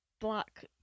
Black